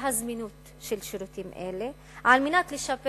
והזמינות של שירותים אלה על מנת לשפר